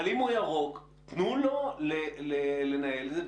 אבל אם הוא ירוק, תנו לו לנהל את זה.